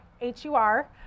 H-U-R